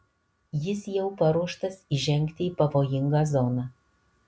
jis jau paruoštas įžengti į pavojingą zoną